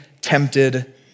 tempted